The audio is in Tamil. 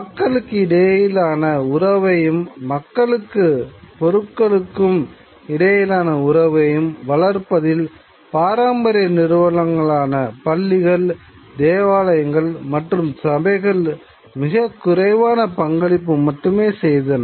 மக்களுக்கு இடையிலான உறவையும் மக்களுக்கும் பொருட்களுக்கும் இடையிலான உறவையும் வளர்ப்பதில் பாரம்பரிய நிறுவனங்களான பள்ளிகள் தேவாலயங்கள் மற்றும் சபைகள் மிகக் குறைவான பங்களிப்பு மட்டுமே செய்தன